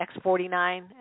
X49